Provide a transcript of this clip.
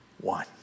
one